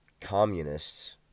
communists